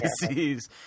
disease